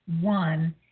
one